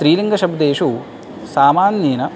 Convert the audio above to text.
स्त्रीलिङ्गशब्देषु सामान्येन